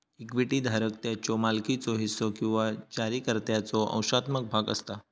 equity धारक त्याच्यो मालकीचो हिस्सो किंवा जारीकर्त्याचो अंशात्मक भाग असता